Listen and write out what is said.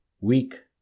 weak